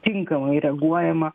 tinkamai reaguojama